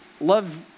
Love